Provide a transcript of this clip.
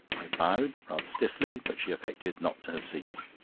i bowed rather stiffly, but she affected not to have seen me.